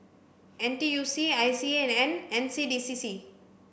N T U C I C A and N C D C C